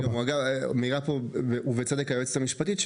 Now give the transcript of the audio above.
מעירה פה היועצת המשפטית ובצדק,